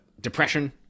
depression